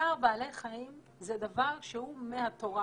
צער בעלי חיים זה דבר שהוא מהתורה,